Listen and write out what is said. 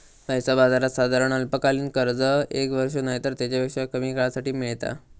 पैसा बाजारात साधारण अल्पकालीन कर्ज एक वर्ष नायतर तेच्यापेक्षा कमी काळासाठी मेळता